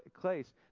place